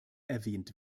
erwähnt